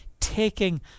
taking